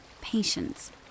patience